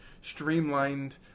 streamlined